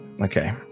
Okay